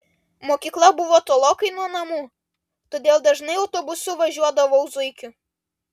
mokykla buvo tolokai nuo namų todėl dažnai autobusu važiuodavau zuikiu